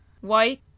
white